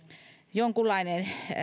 jonkunlainen